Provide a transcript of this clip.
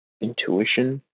intuition